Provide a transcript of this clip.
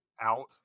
out